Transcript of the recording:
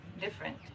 Different